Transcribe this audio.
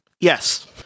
Yes